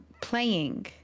playing